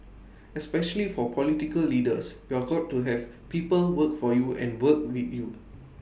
especially for political leaders you've got to have people work for you and work with you